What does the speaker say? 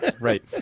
Right